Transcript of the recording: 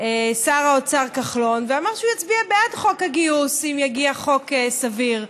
שר האוצר כחלון ואמר שהוא יצביע בעד חוק הגיוס אם יגיע חוק סביר.